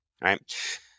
right